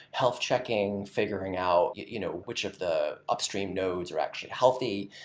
health checking, figuring out you know which of the upstream nodes are actually healthy,